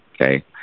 okay